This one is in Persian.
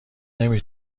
نمی